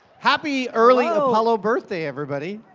happy early apollo birthday, everybody.